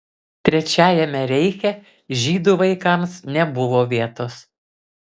trečiajame reiche žydų vaikams nebuvo vietos